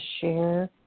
share